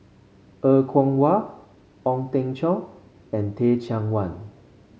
Er Kwong Wah Ong Teng Cheong and Teh Cheang Wan